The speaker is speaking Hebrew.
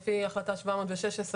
על פי החלטה 716,